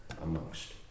amongst